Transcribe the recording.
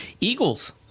Eagles